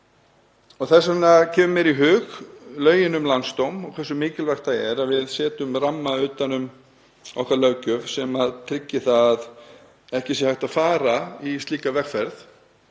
Þess vegna koma mér í hug lögin um landsdóm og hversu mikilvægt það er að við setjum ramma utan um löggjöfina okkar sem tryggir að ekki sé hægt að fara í slíka vegferð.